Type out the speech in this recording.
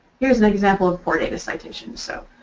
here's an example of poor data citation. so